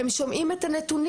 הם שומעים את הנתונים,